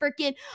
freaking